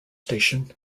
station